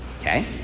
Okay